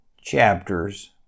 chapters